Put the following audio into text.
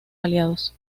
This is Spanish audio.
aliados